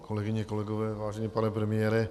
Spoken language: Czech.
Kolegyně, kolegové, vážený pane premiére.